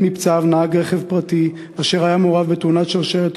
מת מפצעיו נהג רכב פרטי אשר היה מעורב בתאונת שרשרת